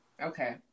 Okay